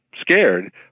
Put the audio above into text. scared